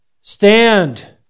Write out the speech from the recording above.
stand